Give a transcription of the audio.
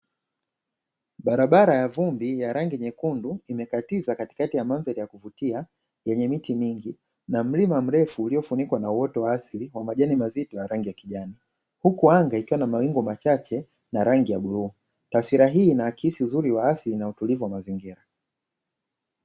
Barabara ya vumbi ya rangi nyekundu imekatiza katikati ya mandhari ya kuvutia yenye miti mingi, na mlima mrefu uliofunikwa na uoto wa asili wa majani mazito ya rangi ya kijani, huku unga ikiwa na mawingu machache na rangi ya bluu. Taswira hii inaakisi uzuri wa asili na utulivu wa mazingira.